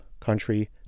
country